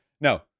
No